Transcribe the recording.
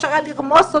אפשר היה לרמוס אותו.